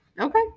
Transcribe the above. Okay